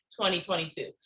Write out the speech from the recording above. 2022